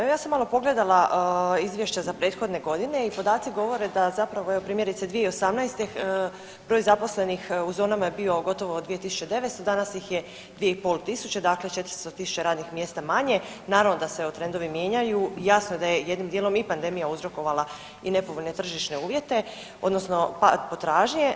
Evo ja sam malo pogledala izvješća za prethodne godine i podaci govore da zapravo evo primjerice 2018. broj zaposlenih u zonama je bio gotovo 2900 danas ih je 2500 dakle 400.000 radnih mjesta manje i naravno da se trendovi mijenjaju, jasno da je jednim dijelom i pandemija uzrokovala i nepovoljne tržišne uvjete odnosno pad potražnje.